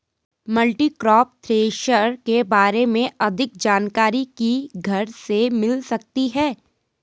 Multicrop thresher के बारे में अधिक जानकारी किधर से मिल सकती है?